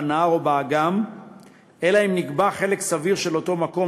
בנהר או באגם אלא אם נקבע חלק סביר של אותו מקום,